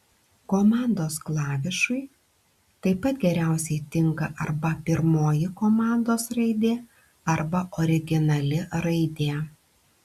komandos klavišui taip pat geriausiai tinka arba pirmoji komandos raidė arba originali raidė